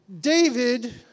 David